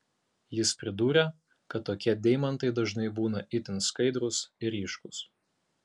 jis pridūrė kad tokie deimantai dažnai būna itin skaidrūs ir ryškūs